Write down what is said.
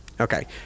Okay